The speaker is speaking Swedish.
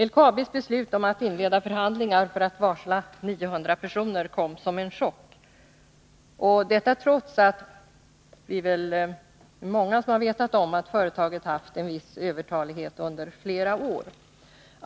LKAB:s beslut om att inleda förhandlingar för att varsla 900 personer kom som en chock, detta trots att vi är många som vetat om att företaget under flera år haft en viss övertalig personal.